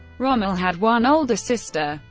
rommel had one older sister,